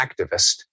activist